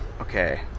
okay